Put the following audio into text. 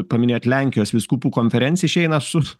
paminėjot lenkijos vyskupų konferencija išeina su